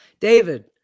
David